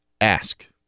ask